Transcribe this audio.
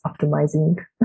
optimizing